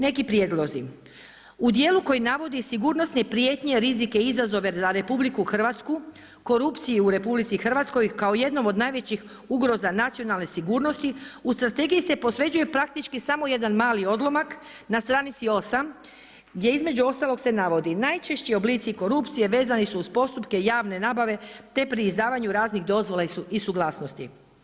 Neki prijedlozi, u dijelu koji navodi sigurnosne prijetnje, rizike i izazove za RH, korupciju u RH kao jednoj od najvećih ugroza nacionalne sigurnosti u strategiji se posvećuje praktički samo jedan mali odlomak na stranici 8 gdje između ostalog se navodi: „Najčešći oblici korupcije vezani su uz postupke javne nabave te pri izdavanju raznih dozvola i suglasnosti.